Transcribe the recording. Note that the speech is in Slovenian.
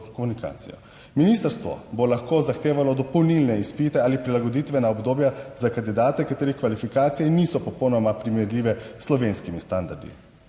komunikacijo. Ministrstvo bo lahko zahtevalo dopolnilne izpite ali prilagoditvena obdobja za kandidate, katerih kvalifikacije niso popolnoma primerljive s slovenskimi standardi.